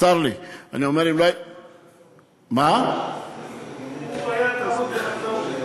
צר לי, אני אומר, הוא היה טרוד בחקלאות.